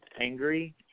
angry